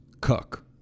cook